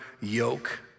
yoke